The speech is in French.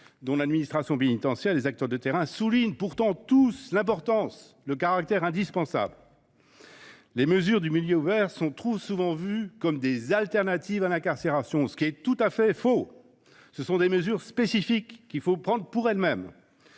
dont l’administration pénitentiaire et les acteurs de terrain soulignent pourtant tous le caractère indispensable. Les mesures de milieu ouvert sont trop souvent vues comme des alternatives à l’incarcération, ce qui est tout à fait faux : ce sont des mesures spécifiques, qu’il faut prendre pour elles mêmes.